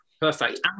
Perfect